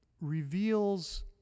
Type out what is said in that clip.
reveals